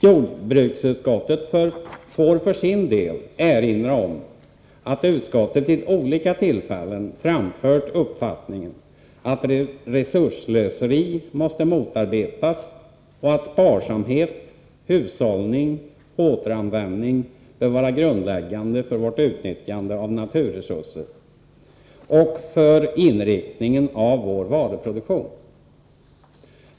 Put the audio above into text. ”Jordbruksutskottet får för sin del erinra om att utskottet vid olika tillfällen framfört uppfattningen, att resursslöseri måste motarbetas och att sparsamhet, hushållning och återanvändning bör vara grundläggande för vårt utnyttjande av naturresurser och för inriktningen av vår varuproduktion.